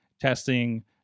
testing